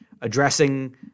addressing